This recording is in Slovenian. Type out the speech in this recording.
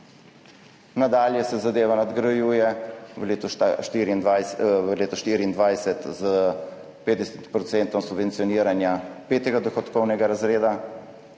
Nadalje se zadeva nadgrajuje v letu 2024 s 50-procentnim subvencioniranjem petega dohodkovnega razreda